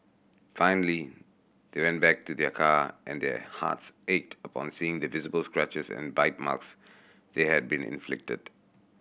finally they went back to their car and their hearts ached upon seeing the visible scratches and bite marks they had been inflicted